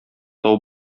тау